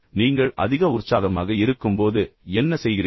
நீங்கள் அதிக உற்சாகமாக இருக்கும்போது என்ன செய்கிறீர்கள்